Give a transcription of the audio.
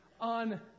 on